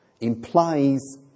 implies